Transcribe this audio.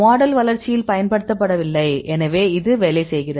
model வளர்ச்சியில் பயன்படுத்தப்படவில்லை எனவே இது வேலை செய்கிறது